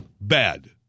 Bad